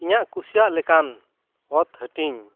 ᱤᱧᱟᱹᱜ ᱠᱩᱥᱤᱭᱟᱜ ᱞᱮᱠᱟᱱ ᱚᱛ ᱦᱟᱹᱴᱤᱧ